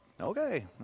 Okay